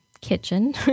kitchen